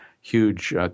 huge